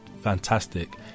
fantastic